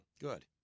Good